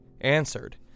answered